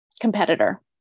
competitor